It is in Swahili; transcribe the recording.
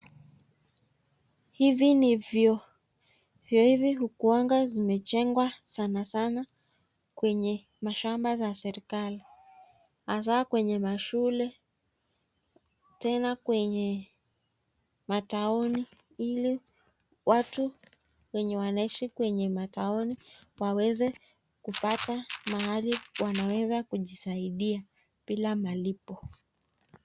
Hivi ni vyoo. Vyoo hivi hukua zimejengwa sanasana kwenye mashamba za serikali, hasaa kwenye mashule, tena kwenye mataoni ili watu wenye wanaishi kwenye mataoni waweze kupata mahali wanaweza kujisaidia bila malipo.